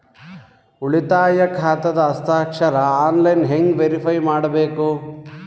ಉಳಿತಾಯ ಖಾತಾದ ಹಸ್ತಾಕ್ಷರ ಆನ್ಲೈನ್ ಹೆಂಗ್ ವೇರಿಫೈ ಮಾಡಬೇಕು?